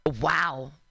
Wow